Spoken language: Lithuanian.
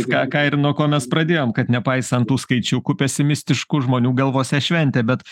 ką ką ir nuo ko mes pradėjom kad nepaisant tų skaičiukų pesimistiškų žmonių galvose šventė bet